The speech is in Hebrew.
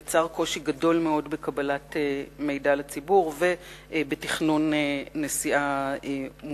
זה יצר לציבור קושי גדול מאוד בקבלת מידע ובתכנון נסיעה מוסדר.